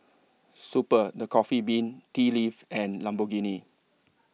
Super The Coffee Bean Tea Leaf and Lamborghini